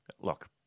look